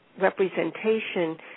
representation